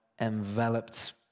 enveloped